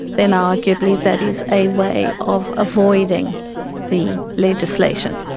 then arguably that is a way of avoiding the legislation.